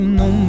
no